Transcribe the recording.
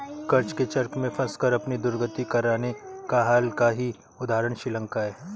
कर्ज के चक्र में फंसकर अपनी दुर्गति कराने का हाल का ही उदाहरण श्रीलंका है